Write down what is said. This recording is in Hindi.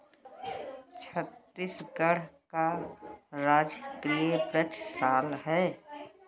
छत्तीसगढ़ का राजकीय वृक्ष साल है